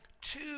two